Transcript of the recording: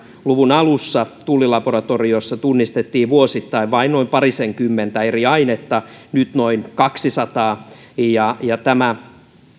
luvun alussa tullilaboratoriossa tunnistettiin vuosittain vain noin parisenkymmentä eri ainetta nyt noin kaksisataa tämä